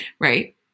Right